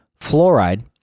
fluoride